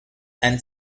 and